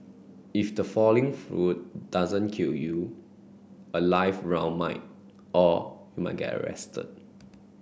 if the falling fruit doesn't kill you a live round might or you might get arrested